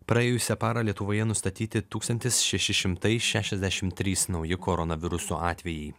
praėjusią parą lietuvoje nustatyti tūkstantis šeši šimtai šešiasdešimt trys nauji koronaviruso atvejai